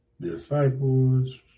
Disciples